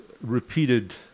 repeated